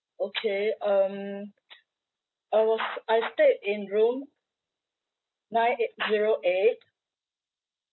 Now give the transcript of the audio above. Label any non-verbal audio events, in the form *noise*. okay um *noise* I was I stayed in room nine eight zero eight